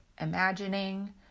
imagining